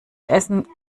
essen